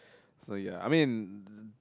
so ya I mean